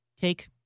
take